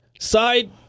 side